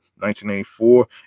1984